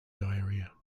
diarrhea